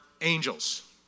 angels